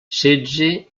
setze